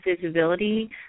visibility